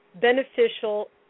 beneficial